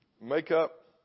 makeup